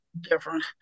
different